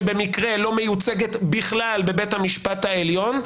שבמקרה לא מיוצגת בכלל בבית המשפט העליון,